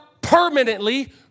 permanently